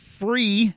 free